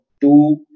two